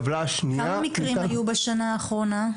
כמה מקרים היו בשנה האחרונה?